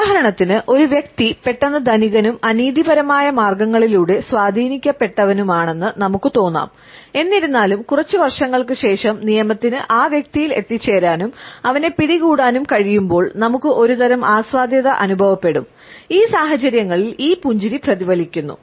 ഉദാഹരണത്തിന് ഒരു വ്യക്തി പെട്ടെന്ന് ധനികനും അനീതിപരമായ മാർഗ്ഗങ്ങളിലൂടെ സ്വാധീനിക്കപ്പെട്ടവനുമാണെന്ന് നമുക്ക് തോന്നാം എന്നിരുന്നാലും കുറച്ച് വർഷങ്ങൾക്ക് ശേഷം നിയമത്തിന് ആ വ്യക്തിയിൽ എത്തിച്ചേരാനും അവനെ പിടികൂടാനും കഴിയുമ്പോൾ നമുക്ക് ഒരുതരം ആസ്വാദ്യത അനുഭവപ്പെടും ഈ സാഹചര്യങ്ങളിൽ ഈ പുഞ്ചിരി പ്രതിഫലിക്കുന്നു